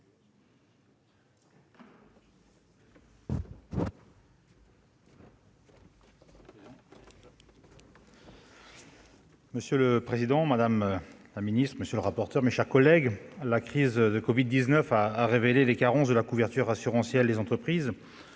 Monsieur le président, madame la secrétaire d'État, mes chers collègues, la crise du covid-19 a révélé les carences de la couverture assurantielle des entreprises